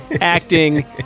acting